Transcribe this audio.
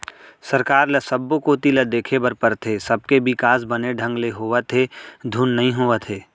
सरकार ल सब्बो कोती ल देखे बर परथे, सबके बिकास बने ढंग ले होवत हे धुन नई होवत हे